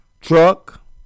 truck